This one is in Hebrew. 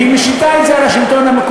והיא משיתה את זה על השלטון המקומי?